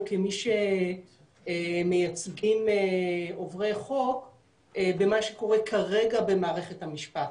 כמי שמייצגים עוברי חוק במה שקורה כרגע במערכת המשפט.